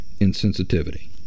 insensitivity